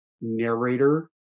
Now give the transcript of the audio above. narrator